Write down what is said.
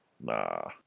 Nah